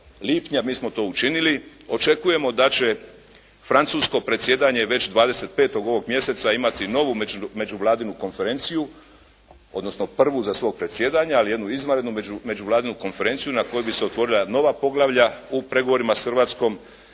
lipnja. Mi smo to učinili, očekujemo da će francusko predsjedanje već 25. ovoga mjeseca imati novu međuvladinu konferenciju, odnosno prvu za svog predsjedanja, ali jednu izvanrednu međuvladinu konferenciju na kojoj bi se otvorila nova poglavlja u pregovorima s Hrvatskom